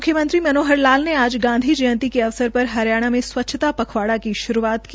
म्ख्यमंत्री मनोहर लाल ने आज गांधी जयंती के अवसर पर हरियाणा में स्वच्छता पखवाड़ा की शुरूआत की